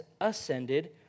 ascended